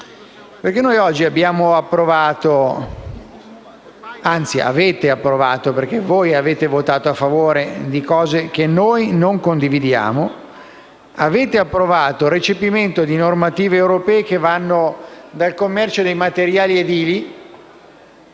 Noi oggi abbiamo approvato - anzi, avete approvato, perché voi avete votato a favore di cose che noi non condividiamo - il recepimento di normative europee che vanno dal commercio di materiali edili